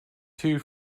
two